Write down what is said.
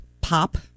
pop